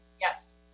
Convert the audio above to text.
Yes